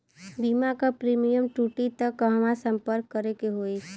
बीमा क प्रीमियम टूटी त कहवा सम्पर्क करें के होई?